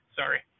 sorry